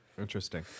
Interesting